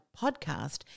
podcast